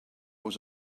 was